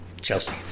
Chelsea